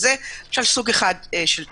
זה סוג אחד של תביעות.